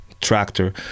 Tractor